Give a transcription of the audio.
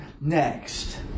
next